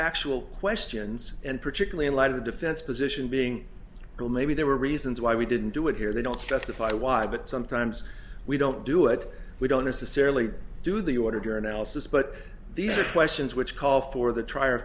factual questions and particularly in light of the defense position being well maybe there were reasons why we didn't do it here they don't justify why but sometimes we don't do it we don't necessarily do the order of your analysis but these are questions which call for the trier